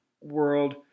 world